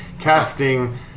casting